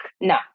No